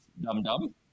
dum-dum